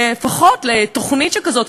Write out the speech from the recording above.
לפחות לקבל תוכנית שכזאת,